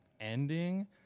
ending